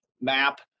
map